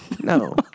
No